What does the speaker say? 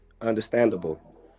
Understandable